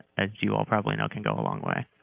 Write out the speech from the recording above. as you all probably know can go a long way.